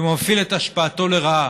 ואם הוא מפעיל את השפעתו לרעה